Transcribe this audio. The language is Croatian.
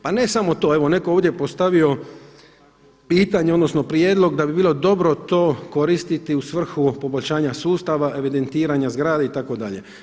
Pa ne samo to, evo neko je ovdje postavio pitanje odnosno prijedlog da bi bilo dobro to koristiti u svrhu poboljšanja sustava evidentiranja zgrada itd.